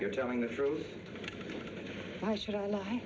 you're telling the truth why should i lie